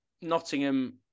Nottingham